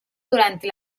durante